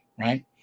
Right